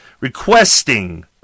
requesting